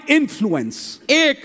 influence